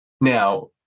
now